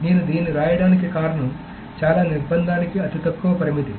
నేను దీన్ని వ్రాయడానికి కారణం చాలా నిర్బంధానికి అతి తక్కువ పరిమితి